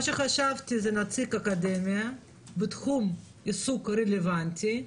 מה שחשבתי זה נציג אקדמיה בתחום העיסוק הרלוונטי,